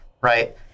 right